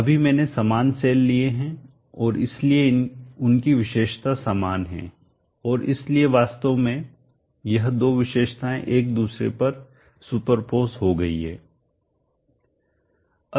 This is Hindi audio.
अभी मैंने समान सेल लिए हैं और इसलिए उनकी विशेषता समान है और इसलिए वास्तव में यह दो विशेषताएं एक दूसरे पर सुपरपोज हो गई है